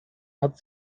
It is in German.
hat